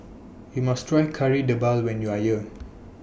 YOU must Try Kari Debal when YOU Are here